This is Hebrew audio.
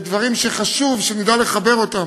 דברים שחשוב שנדע לחבר אותם.